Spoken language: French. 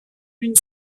une